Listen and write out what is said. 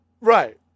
Right